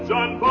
John